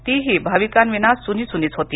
ती ही भाविकांविना सूनी सूनीच होती